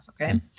okay